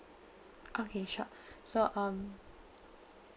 okay sure so um